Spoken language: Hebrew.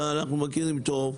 אנחנו מכירים טוב,